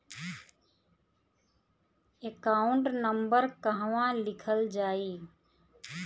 Account number कहवा लिखल जाइ?